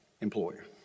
employer